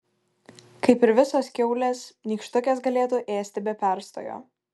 kaip ir visos kiaulės nykštukės galėtų ėsti be perstojo